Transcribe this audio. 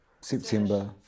September